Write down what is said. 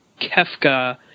Kefka